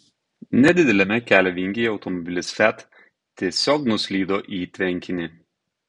nedideliame kelio vingyje automobilis fiat tiesiog nuslydo į tvenkinį